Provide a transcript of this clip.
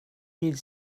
mille